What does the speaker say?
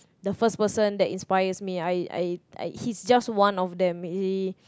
the first person that inspires me I I I he's just one of them he